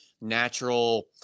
natural